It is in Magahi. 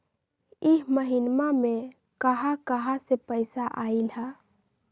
इह महिनमा मे कहा कहा से पैसा आईल ह?